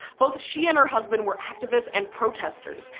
both she and her husband were activists and protesters.